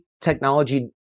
technology